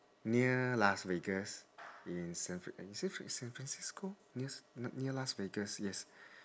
near las vegas in san fran~ is it san francisco near near las vegas yes